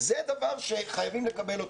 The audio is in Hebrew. זה דבר שחייבים לקבל.